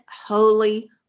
holy